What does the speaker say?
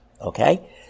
Okay